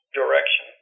direction